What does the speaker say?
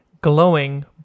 Glowing